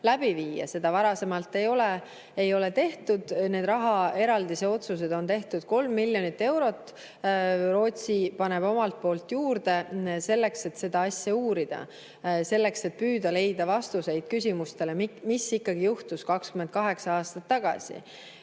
Seda varasemalt ei ole tehtud. Need rahaeraldise otsused on tehtud 3 miljoni euro [ulatuses]. Rootsi paneb omalt poolt juurde selleks, et seda asja uurida, selleks, et püüda leida vastuseid küsimustele, mis ikkagi juhtus 28 aastat tagasi.